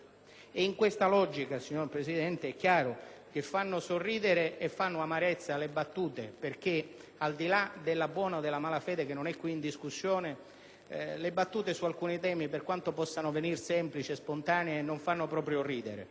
In questa logica, signor Presidente, è chiaro che fanno sorridere e fanno amarezza le battute, perché, al di là della buona o malafede che non è qui in discussione, su alcuni temi, per quanto possano venire semplici e spontanee, non fanno proprio ridere.